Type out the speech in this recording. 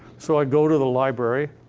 so i go to the library.